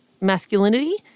masculinity